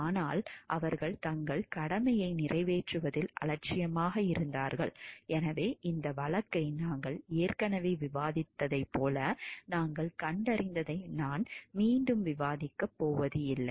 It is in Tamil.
ஆனால் அவர்கள் தங்கள் கடமையை நிறைவேற்றுவதில் அலட்சியமாக இருந்தார்கள் எனவே இந்த வழக்கை நாங்கள் ஏற்கனவே விவாதித்ததைப் போல நாங்கள் கண்டறிந்ததை நான் மீண்டும் விவாதிக்கப் போவதில்லை